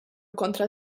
kontra